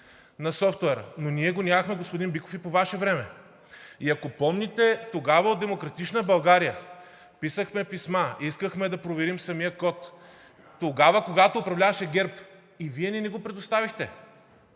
на софтуера. Но ние го нямахме, господин Биков, и по Ваше време. Ако помните, тогава от „Демократична България“ писахме писма, искахме да проверим самия код – тогава, когато управляваше ГЕРБ, и Вие не ни го предоставихте?!